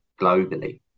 globally